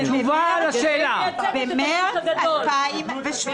מה זה "מדינת פרטץ'"?